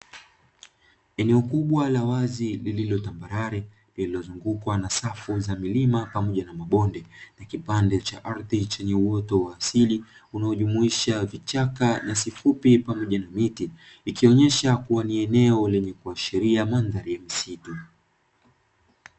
Eneo kubwa la wazi lililo tambarare lililo zungukwa na safu za milima pamoja na mabonde na kipande cha ardhi chenye uoto wa asili unojumuisha vichaka, nyasi fupi pamoja na miti ikionesha kuwa ni eneo lenye kuashiria mandhari ya misitu.